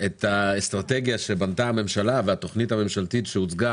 את האסטרטגיה שבנתה הממשלה והתכנית הממשלתית שהוצגה